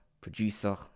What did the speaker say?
producer